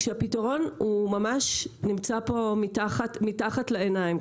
הפתרון הוא ממש נמצא פה מתחת לעיניים,